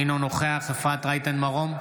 אינו נוכח אפרת רייטן מרום,